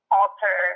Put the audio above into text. alter